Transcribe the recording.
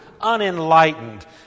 unenlightened